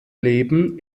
leben